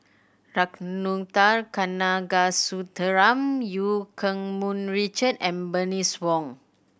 Ragunathar Kanagasuntheram Eu Keng Mun Richard and Bernice Wong